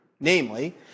Namely